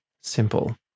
simple